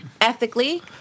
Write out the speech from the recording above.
Ethically